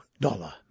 Dollar